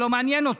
שלא מעניין אותי.